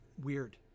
weird